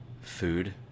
Food